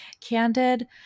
candid